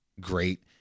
great